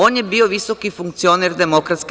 On je bio visoki funkcioner DS.